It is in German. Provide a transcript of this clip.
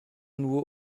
nur